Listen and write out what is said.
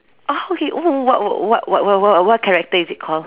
oh okay !oo! what what w~ w~ what character is it called